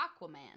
Aquaman